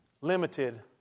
limited